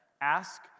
ask